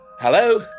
Hello